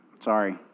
sorry